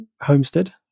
homestead